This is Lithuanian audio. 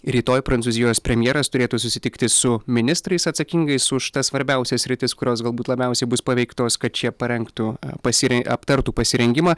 rytoj prancūzijos premjeras turėtų susitikti su ministrais atsakingais už tas svarbiausias sritis kurios galbūt labiausiai bus paveiktos kad šie parengtų pasiren aptartų pasirengimą